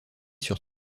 sur